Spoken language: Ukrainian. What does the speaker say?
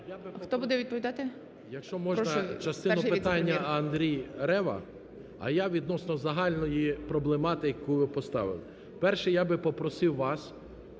Хто буде відповідати?